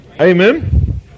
Amen